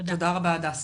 תודה רבה הדס,